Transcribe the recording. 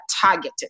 targeted